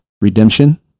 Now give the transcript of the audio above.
redemption